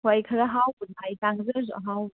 ꯍꯣꯏ ꯈꯔ ꯍꯥꯎꯕ ꯅꯍꯥꯟꯒꯤ ꯆꯥꯡꯗ ꯑꯣꯏꯔꯁꯨ ꯑꯍꯥꯎꯕ